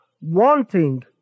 wanting